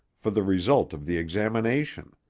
for the result of the examination.